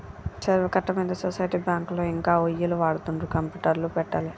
చెరువు కట్ట మీద సొసైటీ బ్యాంకులో ఇంకా ఒయ్యిలు వాడుతుండ్రు కంప్యూటర్లు పెట్టలే